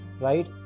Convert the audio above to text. right